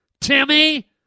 Timmy